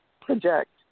project